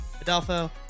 Adolfo